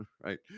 right